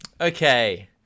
Okay